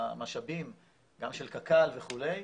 המשאבים גם של קק"ל וכו',